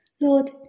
Lord